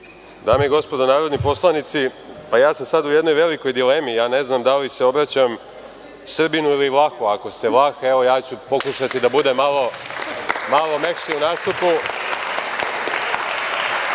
Dame i gospodo narodni poslanici, ja sam sada u jednoj velikoj dilemi – ne znam da li se obraćam Srbinu ili Vlahu. Ako ste Vlah, evo ja ću pokušati da budem malo mekši u nastupu